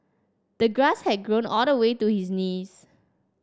the grass had grown all the way to his knees